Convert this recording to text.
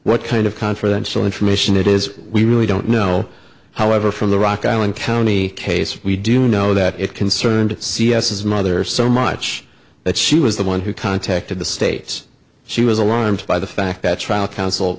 what kind of confidential information it is we really don't know however from the rock island county case we do know that it concerned c s his mother so much that she was the one who contacted the states she was alarmed by the fact that trial counsel